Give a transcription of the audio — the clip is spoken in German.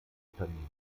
unternehmen